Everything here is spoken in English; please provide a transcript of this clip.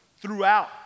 throughout